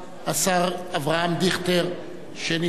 השר אברהם דיכטר שנתמנה.